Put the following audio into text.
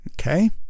Okay